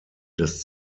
des